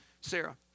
Sarah